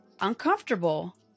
uncomfortable